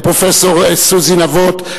לפרופסור סוזי נבות,